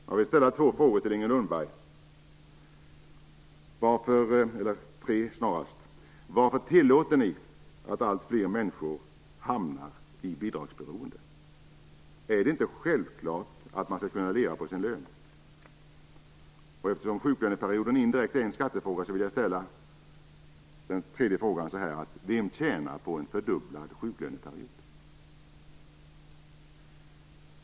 Jag vill ställa två frågor till Inger Lundberg: Varför tillåter ni att alltfler människor hamnar i bidragsberoende? Är det inte självklart att man skall kunna leva på sin lön? Eftersom sjuklöneperioden är en skattefråga blir en tredje fråga: Vem tjänar på en fördubblad sjuklöneperiod?